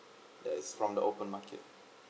that is from the open market